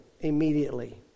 immediately